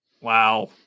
Wow